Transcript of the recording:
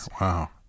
wow